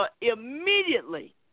immediately